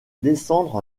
descendre